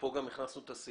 בואו נתחיל להקריא.